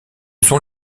sont